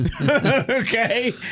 Okay